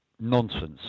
Nonsense